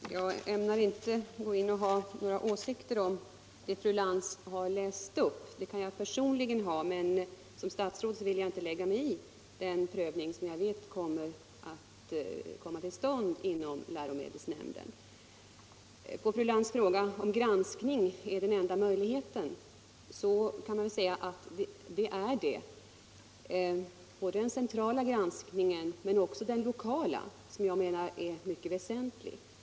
Herr talman! Jag ämnar inte gå in och ha några åsikter om det som fru Lantz har läst upp; sådana kan jag personligen ha, men som statsråd vill jag inte lägga mig i den prövning som jag vet kommer till stånd inom läromedelsnämnden. På fru Lantz fråga om granskning är den enda möjligheten kan man svara att det är det. Det gäller både den centrala granskningen och, inte minst, den lokala, som jag menar är mycket väsentlig.